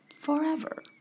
forever